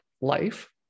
life